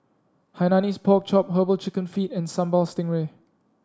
Hainanese Pork Chop herbal chicken feet and Sambal Stingray